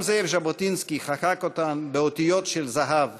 גם זאב ז'בוטינסקי חקק אותן באותיות של זהב